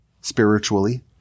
spiritually